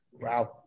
Wow